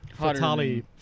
fatali